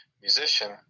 musician